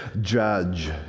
Judge